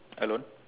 alone